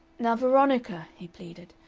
now, veronica, he pleaded,